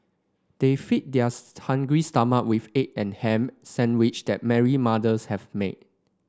they fed theirs hungry stomach with egg and ham sandwich that Mary mother's have made